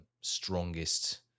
strongest